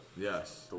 Yes